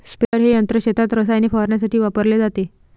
sprayer हे यंत्र शेतात रसायने फवारण्यासाठी वापरले जाते